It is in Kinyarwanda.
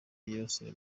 yibasira